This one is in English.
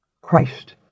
Christ